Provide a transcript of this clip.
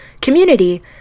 community